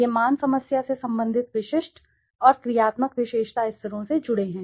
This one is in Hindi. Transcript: ये मान समस्या से संबंधित विशिष्ट और क्रियात्मक विशेषता स्तरों से जुड़े हैं